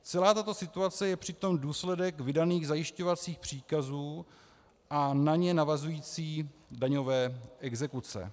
Celá tato situace je přitom důsledek vydaných zajišťovacích příkazů a na ně navazujících daňových exekucí.